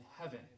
heaven